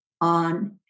on